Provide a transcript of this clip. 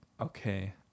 okay